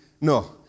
No